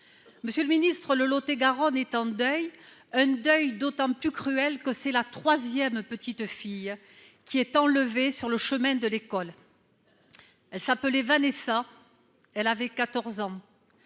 interpellé. Le Lot-et-Garonne est en deuil, un deuil d'autant plus insupportable que c'est la troisième fillette qui est enlevée sur le chemin de l'école. Elle s'appelait Vanesa, elle avait 14 ans.